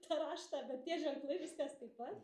tą raštą bet tie ženklai viskas taip pat